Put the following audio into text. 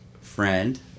friend